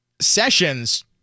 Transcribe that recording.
Sessions